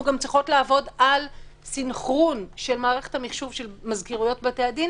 צריך לעבוד על סנכרון של מערכת המחשוב של מזכירויות בתי-הדין